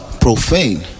profane